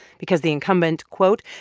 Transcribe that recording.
because the incumbent, quote,